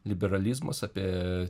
liberalizmas apie